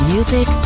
Music